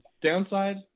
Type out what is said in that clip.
downside